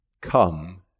come